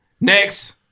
Next